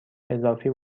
اضافی